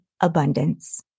abundance